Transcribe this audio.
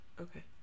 Okay